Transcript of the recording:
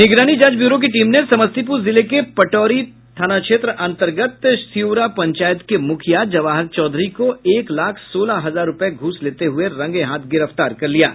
निगरानी जांच ब्यूरो की टीम ने समस्तीपुर जिले के पटोरी थाना क्षेत्र अंतर्गत सिउरा पंचायत के मुखिया जवाहर चौधरी को एक लाख सोलह हजार रुपए घूस लेते हुए रंगे हाथ गिरफ्तार किया है